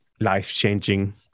life-changing